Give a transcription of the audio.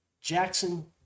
Jackson